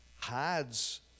hides